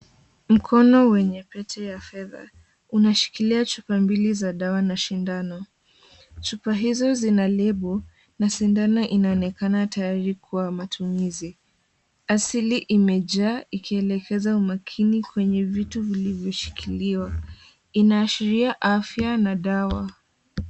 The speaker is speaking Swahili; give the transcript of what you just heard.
Mkono wenye pete ya fedha unashikilia chupa mbili za dawa na sindano Chupa hizo zina lebo na sindano inaonekana tayari kwa matumizi. Asili imejaa ikielekeza umakini kwenye vitu vilivyoshikiliwa. Inaashiria afya na dawa.